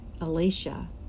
Alicia